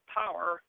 power